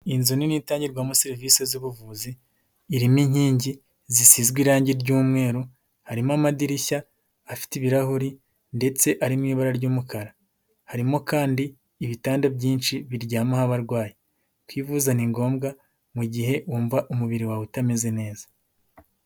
Inzu nini itangirwamo serivisi zubuvuzi, irimo inkingi zisizwe irangi ry'umweru. Harimo amadirishya afite ibirahuri ndetse ari mu ibara ry'umukara, harimo kandi ibitanda byinshi biryamaho abarwayi, kwivuza ni ngombwa mu gihe wumva umubiri wawe utameze neza.